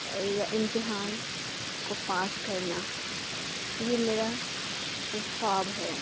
یا امتحان کو پاس کرنا یہ میرا ایک خواب ہے